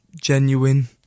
genuine